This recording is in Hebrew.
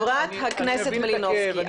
יוליה --- חברת הכנסת מלינובסקי,